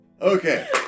Okay